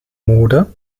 mode